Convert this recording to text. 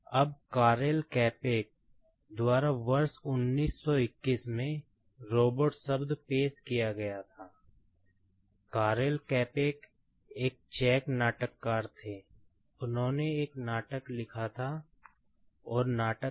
अब कारेल कैपेक